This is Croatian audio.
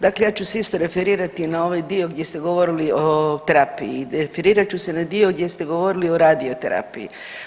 Dakle, ja ću se isto referirati na ovaj dio gdje ste govorili o terapiji i definirat ću se na dio gdje ste govorili o radioterapiji.